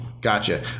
Gotcha